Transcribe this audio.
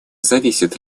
зависит